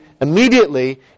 immediately